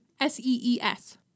S-E-E-S